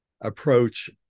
approach